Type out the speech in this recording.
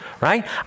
right